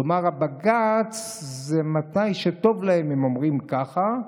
כלומר, הבג"ץ, מתי שטוב להם הם אומרים ככה,